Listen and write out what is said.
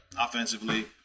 offensively